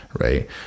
right